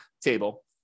table